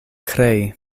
krei